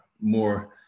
more